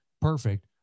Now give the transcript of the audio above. Perfect